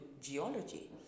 geology